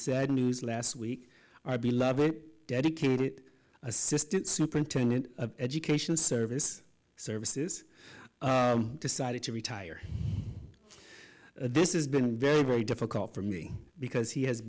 sad news last week our beloved dedicated assistant superintendent of education service services decided to retire this is been very very difficult for me because he has